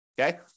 Okay